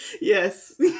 Yes